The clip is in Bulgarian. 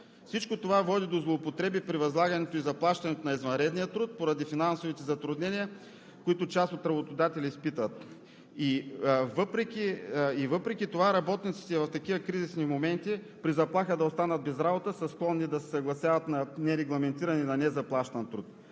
Всичко това води до злоупотреби при възлагането и заплащането на извънредния труд поради финансовите затруднения, които част от работодателите изпитват. И въпреки това работниците в такива кризисни моменти, при заплаха да останат без работа, са склонни да се съгласяват на нерегламентиран и на незаплащан труд.